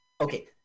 okay